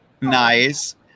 Nice